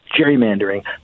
gerrymandering